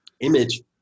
image